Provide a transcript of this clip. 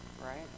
right